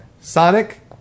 Sonic